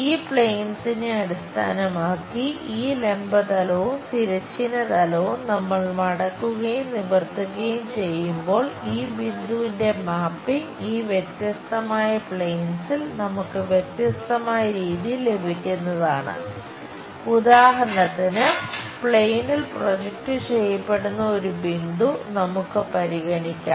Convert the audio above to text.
ഈ പ്ലെയിൻസിനെ ചെയ്യപ്പെടുന്ന ഒരു ബിന്ദു നമുക്ക് പരിഗണിക്കാം